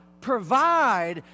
provide